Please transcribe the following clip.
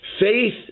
Faith